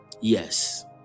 Yes